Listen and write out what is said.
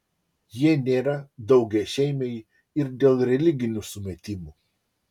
jie nėra daugiašeimiai ir dėl religinių sumetimų